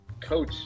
coach